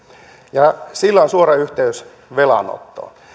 ja sillä on suora yhteys velanottoon